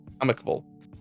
Amicable